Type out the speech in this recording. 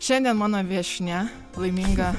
šiandien mano viešnia laiminga